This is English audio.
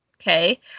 Okay